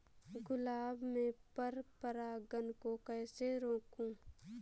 गुलाब में पर परागन को कैसे रोकुं?